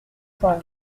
cent